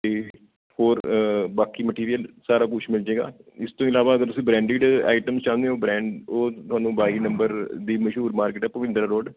ਅਤੇ ਹੋਰ ਬਾਕੀ ਮਟੀਰੀਅਲ ਸਾਰਾ ਕੁਛ ਮਿਲ ਜਾਏਗਾ ਇਸ ਤੋਂ ਇਲਾਵਾ ਅਗਰ ਤੁਸੀਂ ਬ੍ਰੈਂਡਿਡ ਆਈਟਮਸ ਚਾਹੁੰਦੇ ਹੋ ਬ੍ਰੈਂਡ ਉਹ ਤੁਹਾਨੂੰ ਬਾਈ ਨੰਬਰ ਦੀ ਮਸ਼ਹੂਰ ਮਾਰਕੀਟ ਹੈ ਭੁਪਿੰਦਰ ਰੋੜ